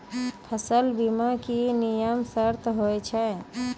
फसल बीमा के की नियम सर्त होय छै?